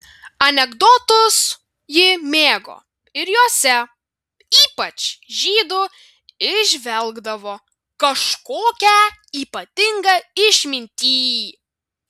anekdotus ji mėgo ir juose ypač žydų įžvelgdavo kažkokią ypatingą išmintį